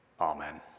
Amen